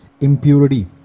Impurity